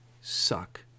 Suck